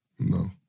No